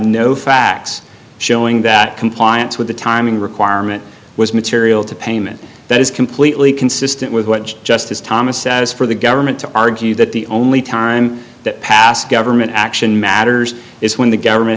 no facts showing that compliance with the timing requirement was material to payment that is completely consistent with what justice thomas said is for the government to argue that the only time that passed government action matters is when the government